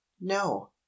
no